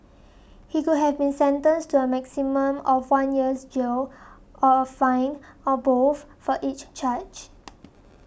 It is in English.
he could have been sentenced to a maximum of one year's jail or a fine or both for each charge